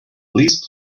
please